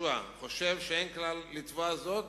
יהושע חושב שאין כלל לתבוע זאת,